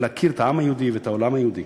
ולהכיר את העם היהודי ואת העולם היהודי.